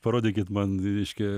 parodykit man reiškia